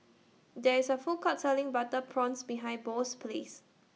There IS A Food Court Selling Butter Prawns behind Bo's House